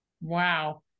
wow